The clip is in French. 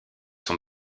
sont